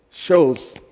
shows